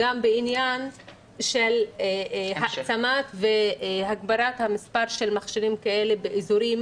גם בעניין של העצמת והגברת המספר של מכשירים כאלה באזורים